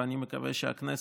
ואני מקווה שהכנסת,